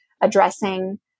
addressing